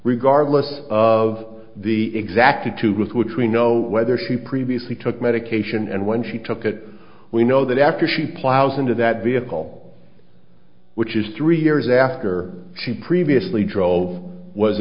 regardless of the exactitude with which we know whether she previously took medication and when she took it we know that after she plows into that vehicle which is three years after she previously drove was